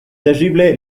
terrible